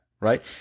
right